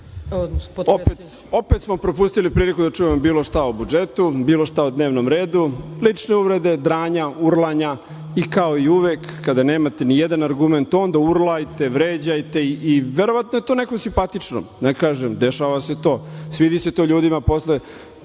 Opet smo propustili priliku da čujemo bilo šta o budžetu, bilo šta o dnevnom redu, lične uvrede, dranja, urlanja i kao i uvek kada nemate nijedan argument onda urlajte, vređajte i verovatno je to nekome simpatično, ne kažem, dešava se to. Svidi se to ljudima, posle